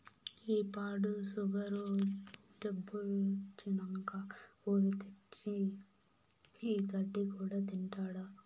ఈ పాడు సుగరు జబ్బొచ్చినంకా ఒరి తగ్గించి, ఈ గడ్డి కూడా తింటాండా